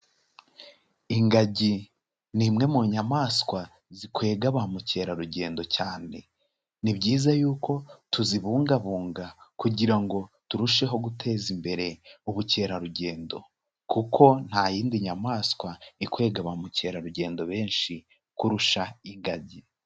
Ingagi ni imwe mu nyamaswa zikwega ba mukerarugendo cyane, ni byiza y'uko tuzibungabunga kugira ngo turusheho guteza imbere ubukerarugendo kuko nta yindi nyamaswa ikwega ba mukerarugendo benshi kurusha ingagi.